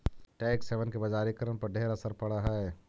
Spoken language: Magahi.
टैक्स हेवन के बजारिकरण पर ढेर असर पड़ हई